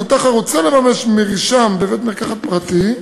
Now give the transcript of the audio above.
מבוטח הרוצה לממש מרשם בבית-מרקחת פרטי,